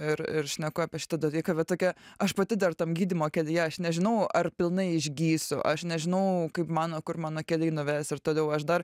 ir ir šneku apie šitą dalyką va tokia aš pati dar tam gydymo kėdėje aš nežinau ar pilnai išgysiu aš nežinau kaip mano kur mano keliai nuves ir toliau aš dar